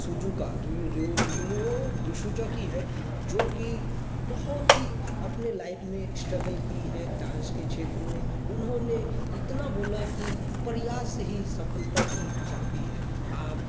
Shizuka Remo D'Souza की है जो कि बहुत ही अपने लाइफ़ मे स्ट्रगल की है डांस के क्षेत्र में उन्होंने इतना बोला की प्रयास ही सफलता की चाबी है आप